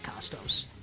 costos